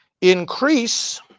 increase